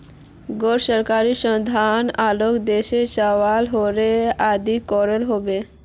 गैर सरकारी संस्थान लाओक देशोक चलवात अहम् रोले अदा करवा होबे